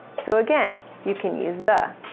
so again, you can use the.